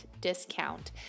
discount